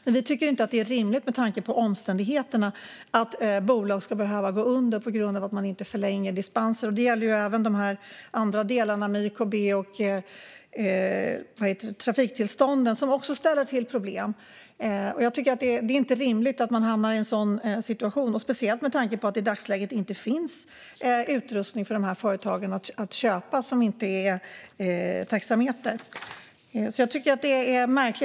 Men vi tycker inte att det är rimligt med tanke på omständigheterna att bolag ska behöva gå under på grund av att man inte förlänger dispenser. Det gäller även de andra delarna med YKB och trafiktillstånden som också ställer till problem. Det är inte rimligt att man hamnar i en sådan situation. Det gäller speciellt med tanke på att det i dagsläget inte finns utrustning för de företagen att köpa som inte är taxameter.